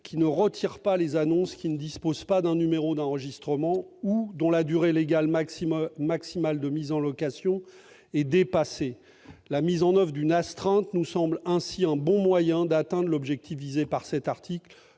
ne retirant pas les annonces qui ne disposent pas d'un numéro d'enregistrement ou dont la durée légale maximale de mise en location est dépassée. La mise en oeuvre d'une astreinte nous semble ainsi un bon moyen d'atteindre l'objectif visé par cet article